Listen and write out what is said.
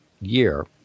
year